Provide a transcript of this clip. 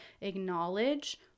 acknowledge